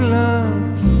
love